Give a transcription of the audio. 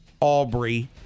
Aubrey